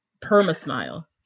perma-smile